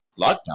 lockdown